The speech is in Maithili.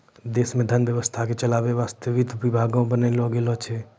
देश मे धन व्यवस्था के चलावै वासतै वित्त विभाग बनैलो गेलो छै